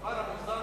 אדוני היושב-ראש,